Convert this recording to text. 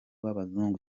w’abazungu